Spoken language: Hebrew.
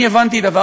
אני הבנתי דבר,